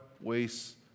wastes